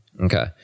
Okay